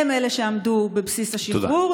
הם שעמדו בבסיס השחרור,